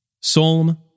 Psalm